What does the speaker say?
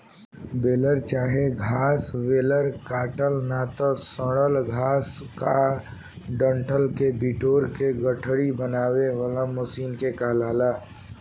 baler चाहे घास baler काटल ना त सड़ल घास आ डंठल के बिटोर के गठरी बनावे वाला मशीन के कहाला